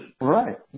Right